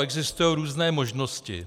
Existují různé možnosti.